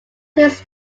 his